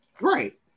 Right